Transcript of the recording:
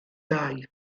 dau